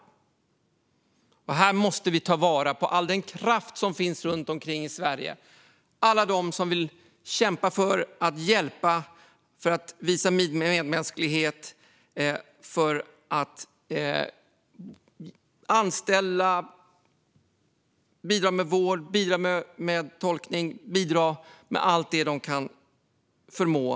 Vi måste ta vara på all den kraft som finns runt omkring i Sverige, alla de som vill kämpa för att hjälpa och visa medmänsklighet genom att anställa människor och genom att bidra med vård, tolkning och allt det de förmår.